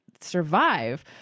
survive